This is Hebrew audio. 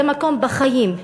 זה מקום בחיים,